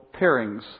pairings